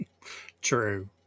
true